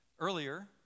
Earlier